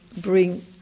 bring